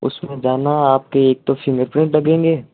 उसमें जाना आपके एक तो फिंगर प्रिंटस लगेंगे